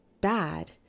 bad